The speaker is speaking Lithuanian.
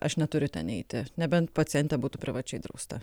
aš neturiu ten eiti nebent pacientė būtų privačiai drausta